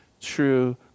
true